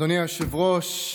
אדוני היושב-ראש,